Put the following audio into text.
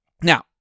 Now